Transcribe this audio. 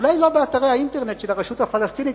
אולי לא באתרי האינטרנט של הרשות הפלסטינית,